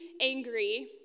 angry